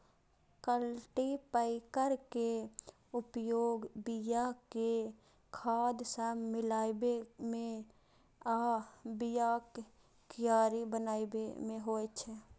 cultipacker के उपयोग बिया कें खाद सं मिलाबै मे आ बियाक कियारी बनाबै मे होइ छै